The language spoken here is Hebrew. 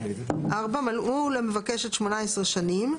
(4) מלאו למבקשת 18 שנים,